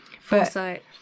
Foresight